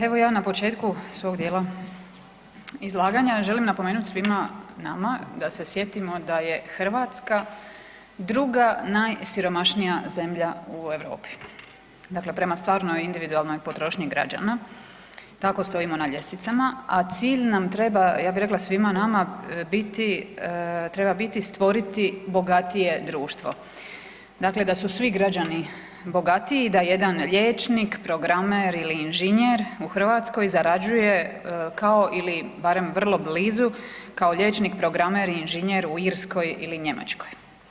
Evo ja na početku svog dijela izlaganja želim napomenut svima nama da se sjetimo da je Hrvatska druga najsiromašnija zemlja u Europi, dakle prema stvarnoj individualnoj potrošnji građana, tako stojimo na ljestvicama, a cilj nam treba, ja bi rekla, svima nama biti, treba biti stvoriti bogatije društvo, dakle da su svi građani bogatiji, da jedan liječnik, programer ili inženjer u Hrvatskoj zarađuje kao ili barem vrlo blizu kao liječnik, programer i inženjer u Irskoj ili Njemačkoj.